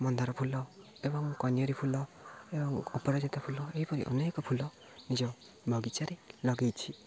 ମନ୍ଦାର ଫୁଲ ଏବଂ କନିଅରି ଫୁଲ ଏବଂ ଅପରାଜିତା ଫୁଲ ଏହିପରି ଅନେକ ଫୁଲ ନିଜ ବଗିଚାରେ ଲଗେଇଛି